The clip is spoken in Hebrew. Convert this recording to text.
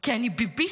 כי אני ביביסטית,